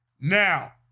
Now